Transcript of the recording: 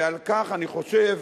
ועל כך, אני חושב,